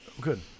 Good